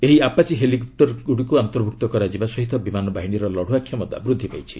ଏହି ଆପାଚି ହେଲିକପ୍ଟରଗୁଡ଼ିକୁ ଅନ୍ତର୍ଭୁକ୍ତ କରାଯିବା ସହିତ ବିମାନ ବାହିନୀର ଲତୁଆ କ୍ଷମତା ବୃଦ୍ଧି ପାଇଛି